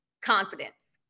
confidence